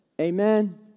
Amen